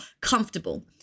comfortable